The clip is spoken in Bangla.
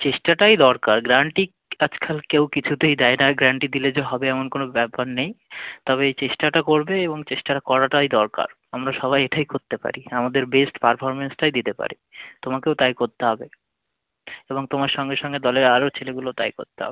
চেষ্টাটাই দরকার গ্যারান্টি আজকাল কেউ কিছুতেই দেয় না আর গ্যারান্টি দিলে যে হবে এমন কোনো ব্যাপার নেই তবে এই চেষ্টাটা করবে এবং চেষ্টা করাটাই দরকার আমরা সবাই এটাই করতে পারি আমাদের বেস্ট পারফরমেন্সটাই দিতে পারি তোমাকেও তাই করতে হবে এবং তোমার সঙ্গে সঙ্গে দলের আরও ছেলেগুলো তাই করতে হবে